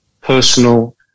personal